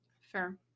Fair